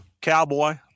cowboy